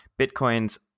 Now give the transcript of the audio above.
bitcoin's